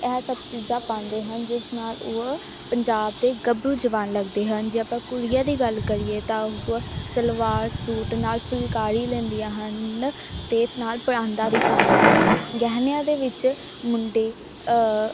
ਇਹ ਸਭ ਚੀਜ਼ਾਂ ਪਾਉਂਦੇ ਹਨ ਜਿਸ ਨਾਲ ਉਹ ਪੰਜਾਬ ਦੇ ਗੱਭਰੂ ਜਵਾਨ ਲੱਗਦੇ ਹਨ ਜੇ ਆਪਾਂ ਕੁੜੀਆਂ ਦੀ ਗੱਲ ਕਰੀਏ ਤਾਂ ਉਹ ਸਲਵਾਰ ਸੂਟ ਨਾਲ ਫੁਲਕਾਰੀ ਲੈਂਦੀਆਂ ਹਨ ਅਤੇ ਨਾਲ ਪਰਾਂਦਾ ਵੀ ਪਾਉਂਦੀਆਂ ਹਨ ਗਹਿਣਿਆਂ ਦੇ ਵਿੱਚ ਮੁੰਡੇ